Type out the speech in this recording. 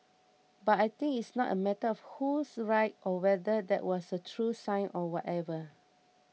but I think it's not a matter of who's right or whether that was a true sign or whatever